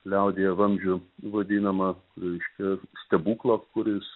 liaudyje vamzdžiu vadinamą reiškia stebuklą kuris